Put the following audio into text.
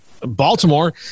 Baltimore